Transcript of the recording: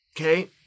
okay